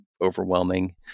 overwhelming